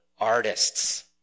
artists